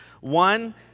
One